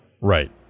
Right